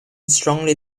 strongly